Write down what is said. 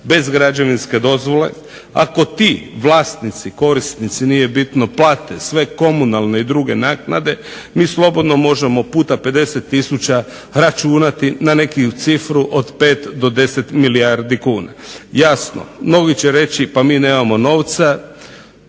bez građevinske dozvole, ako ti vlasnici, korisnici plate sve komunalne i druge naknade mi slobodno možemo puta 50 tisuća računati na neku cifru od 5 do 10 milijardi kuna. Jasno mnogi će reći mi nemamo novca,